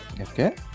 Okay